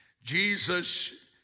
Jesus